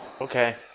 Okay